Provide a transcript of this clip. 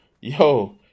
yo